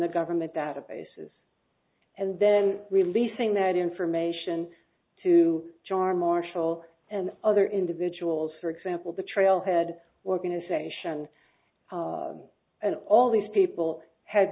the government databases and then releasing that information to jar marshall and other individuals for example the trailhead organization and all these people had